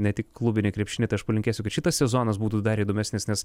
ne tik klubinį krepšinį tai aš palinkėsiu kad šitas sezonas būtų dar įdomesnis nes